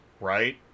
right